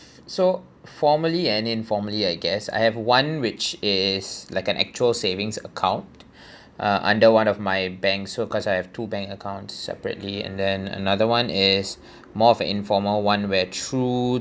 so formally and informally I guess I have one which is like an actual savings account uh under one of my banks so cause I have two bank accounts separately and then another [one] is more of informal [one] where through